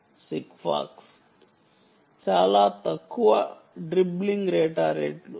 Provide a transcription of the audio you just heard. Sigfox చాలా తక్కువ dribbling data రేట్లు